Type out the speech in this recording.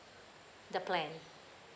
the plan